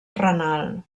renal